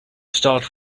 start